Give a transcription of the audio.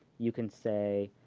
you can say,